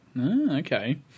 Okay